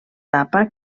tapa